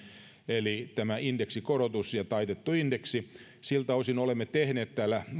eli tämä indeksikorotus ja taitettu indeksi siltä osin olemme täällä tehneet